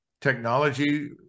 technology